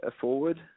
forward